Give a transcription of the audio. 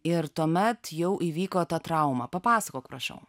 ir tuomet jau įvyko ta trauma papasakok prašau